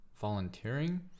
volunteering